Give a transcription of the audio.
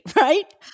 right